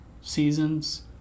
seasons